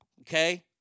okay